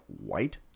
white